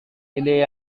ide